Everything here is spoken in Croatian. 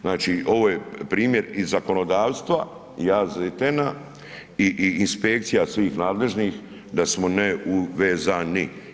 Znači ovo je primjer iz zakonodavstva i AZTN-a i inspekcija svih nadležnih da smo neuvezani.